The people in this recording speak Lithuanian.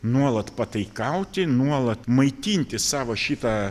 nuolat pataikauti nuolat maitinti savo šitą